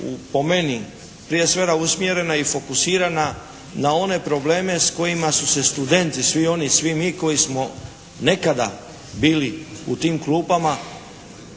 po meni prije svega usmjerena i fokusirana na one probleme s kojima su se oni studenti, svi oni i svi mi koji smo nekada bili u tim klupama